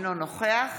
אינו נוכח